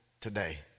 today